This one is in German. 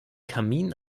kamin